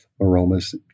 aromas